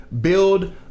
build